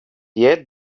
yet